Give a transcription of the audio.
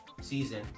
season